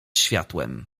światłem